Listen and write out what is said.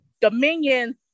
Dominion